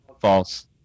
False